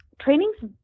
training's